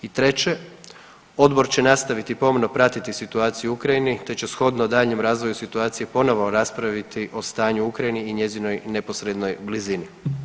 I treće, odbor će nastaviti pomno pratiti situaciju u Ukrajini te će shodno daljnjem razvoju situacije ponovo raspraviti o stanju u Ukrajini i njezinoj neposrednoj blizini.